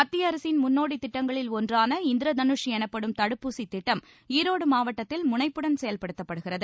மத்திய அரசின் முன்னோடித் திட்டங்களில் ஒன்றான இந்திர தனுஷ் எனப்படும் தடுப்பூசி திட்டம் ஈரோடு மாவட்டத்தில் முனைப்புடன் செயல்படுத்தப்படுகிறது